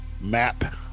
map